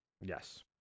yes